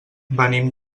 venim